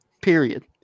period